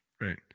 Right